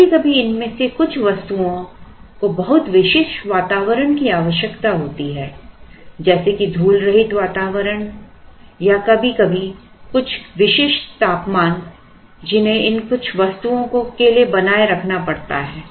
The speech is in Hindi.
कभी कभी इनमें से कुछ वस्तुओं को बहुत विशिष्ट वातावरण की आवश्यकता होती है जैसे कि धूल रहित वातावरण या कभी कभी कुछ निश्चित तापमान जिन्हें इन कुछ वस्तुओं के लिए बनाए रखना पड़ता है